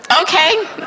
okay